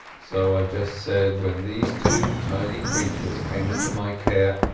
so i just said, when these two tiny creatures came into my care,